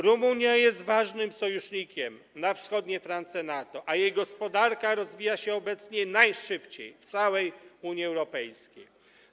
Rumunia jest ważnym sojusznikiem na wschodniej flance NATO, a jej gospodarka rozwija się obecnie najszybciej w całej Unii Europejskiej.